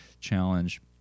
challenge